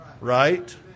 Right